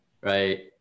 right